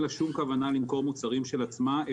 שלמרות העוצמה של הבנקים והשליטה בשוק שלהם,